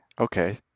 Okay